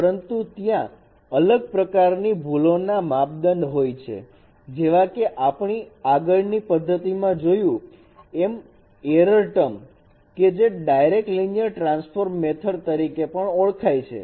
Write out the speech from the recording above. પરંતુ ત્યાં અલગ પ્રકાર ની ભૂલોના માપદંડ હોય છે જેવા કે આપણી આગળની પદ્ધતિમાં જોયું એમ એરર ટર્મ કે જે ડાયરેક્ટ લીનીયર ટ્રાન્સફોમ મેથડ તરીકે પણ ઓળખાય છે